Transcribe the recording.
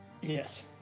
Yes